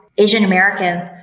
Asian-Americans